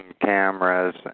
cameras